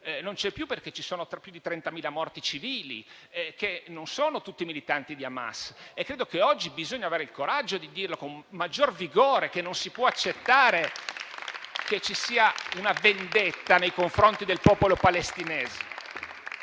Non c'è più, perché ci sono più di 30.000 morti civili, che non sono tutti militanti di Hamas. E oggi bisogna avere il coraggio di dire, con maggior vigore, che non si può accettare che ci sia una vendetta nei confronti del popolo palestinese.